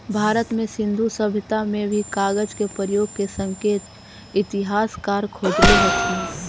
भारत में सिन्धु सभ्यता में भी कागज के प्रयोग के संकेत इतिहासकार खोजले हथिन